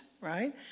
Right